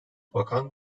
bakan